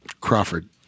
Crawford